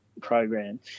program